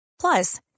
plus